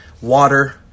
water